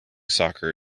soccer